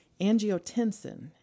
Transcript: angiotensin